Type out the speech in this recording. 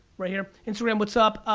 right here. instagram, what's up?